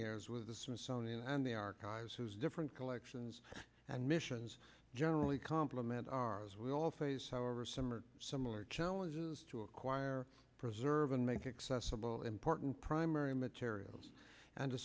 years with the smithsonian and the archives has different collections and missions generally compliment ours we all face however some or similar challenges to acquire preserve and make excess of all important primary materials and to